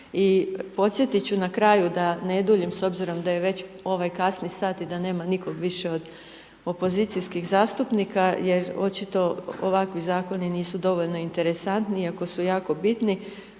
i podsjetiti ću na kraju, da ne duljim, s obzirom da je već ovaj kasni sat i da nema više nikog od opozicijskih zastupnika, jer očito ovakvi zakoni nisu dovoljno interesantni, iako su jako bitni,